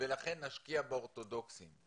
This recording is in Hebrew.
ולכן נשקיע באורתודוכסים.